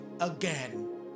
again